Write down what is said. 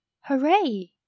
hooray